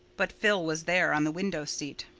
but phil was there on the window seat.